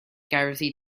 gerddi